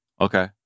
Okay